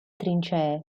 trincee